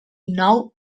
nou